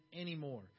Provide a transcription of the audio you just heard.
anymore